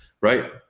right